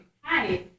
Hi